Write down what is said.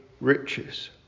riches